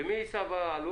ומי יישא בעלות?